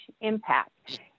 impact